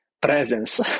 Presence